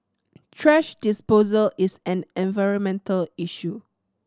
thrash disposal is an environmental issue